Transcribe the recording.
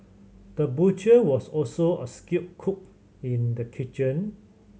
the butcher was also a skilled cook in the kitchen